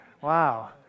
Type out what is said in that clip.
Wow